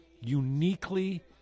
uniquely